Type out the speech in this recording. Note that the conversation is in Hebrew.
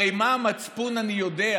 הרי מה המצפון, אני יודע.